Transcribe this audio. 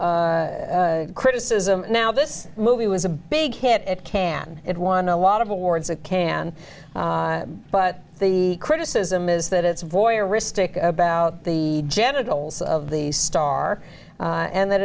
also criticism now this movie was a big hit at cannes it won a lot of awards it can but the criticism is that it's voyeuristic about the genitals of the star and that